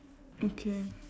okay